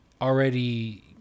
Already